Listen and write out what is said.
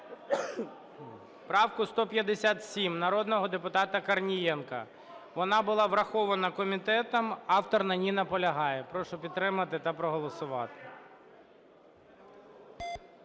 правку 157 народного депутата Корнієнка. Вона була врахована комітетом. Автор на ній наполягає. Прошу підтримати та проголосувати.